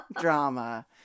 drama